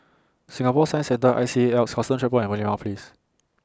Singapore Science Centre I C A A L P S Custom Checkpoint and Merlimau Office